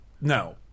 no